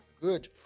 Good